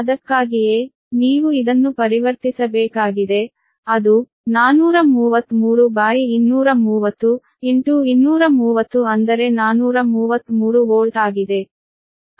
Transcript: ಅದಕ್ಕಾಗಿಯೇ ನೀವು ಇದನ್ನು ಪರಿವರ್ತಿಸಬೇಕಾಗಿದೆ ಅದು 433230230 ಅಂದರೆ 433 ವೋಲ್ಟ್ ಆಗಿದೆ